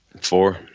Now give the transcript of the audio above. Four